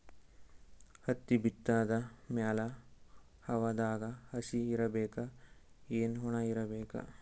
ಹತ್ತಿ ಬಿತ್ತದ ಮ್ಯಾಲ ಹವಾದಾಗ ಹಸಿ ಇರಬೇಕಾ, ಏನ್ ಒಣಇರಬೇಕ?